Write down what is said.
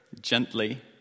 gently